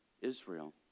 Israel